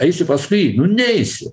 eisiu paskui nu neisi